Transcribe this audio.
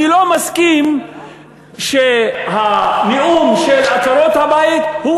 אני לא מסכים שהנאום של עקרות-הבית הוא